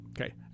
Okay